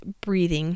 breathing